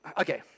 okay